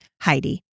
Heidi